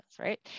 right